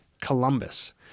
Columbus